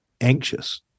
anxious